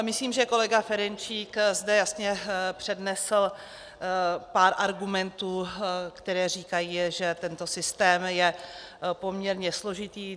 Myslím, že kolega Ferjenčík zde jasně přednesl pár argumentů, které říkají, že tento systém je poměrně složitý.